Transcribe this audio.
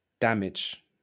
damage